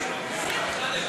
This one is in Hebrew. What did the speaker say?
כנראה